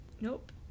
Nope